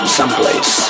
someplace